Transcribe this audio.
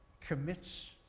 commits